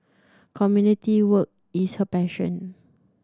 community work is her passion